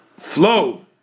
flow